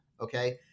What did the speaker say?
okay